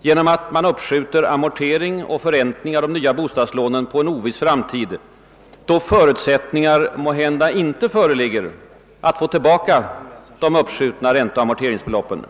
genom att man uppskjuter amortering och förräntning av de nya bostadslånen till en oviss framtid, då förutsättningar måhända inte föreligger att få tillbaka de uppskjutna ränteoch amorteringsbeloppen.